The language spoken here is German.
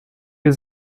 wir